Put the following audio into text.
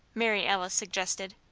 mary alice suggested.